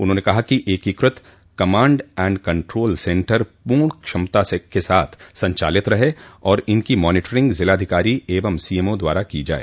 उन्होंने कहा कि एकीकृत कमाण्ड एण्ड कण्ट्रोल सेण्टर पर्ण क्षमता के साथ संचालित रहे और इनकी मॉनीटरिंग जिलाधिकारी एव सीएमओ द्वारा की जाए